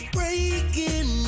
Breaking